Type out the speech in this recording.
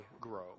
grow